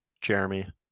Jeremy